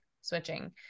switching